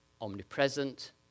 omnipresent